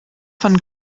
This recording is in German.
von